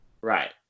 Right